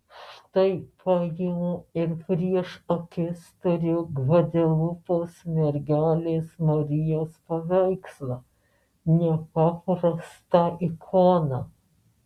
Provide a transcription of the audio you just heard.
štai paimu ir prieš akis turiu gvadelupos mergelės marijos paveikslą nepaprastą ikoną